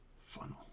funnel